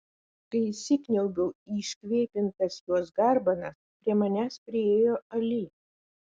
kai įsikniaubiau į iškvėpintas jos garbanas prie manęs priėjo ali